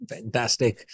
Fantastic